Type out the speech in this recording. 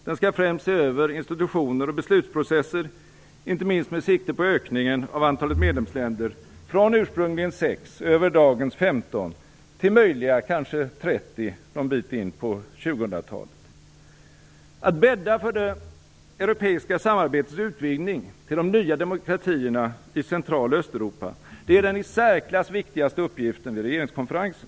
Den skall främst se över institutioner och beslutsprocesser, inte minst med sikte på ökningen av antalet medlemsländer från ursprungligen sex, över dagens 15 till möjliga kanske 30 någon bit in på 2000-talet. Att bädda för det europeiska samarbetets utvidgning till de nya demokratierna i Central och Östeuropa är den i särklass viktigaste uppgiften vid regeringskonferensen.